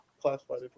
Classified